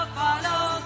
follow